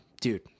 dude